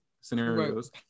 scenarios